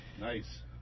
Nice